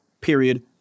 period